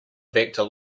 vector